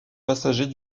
passagers